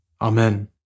Amen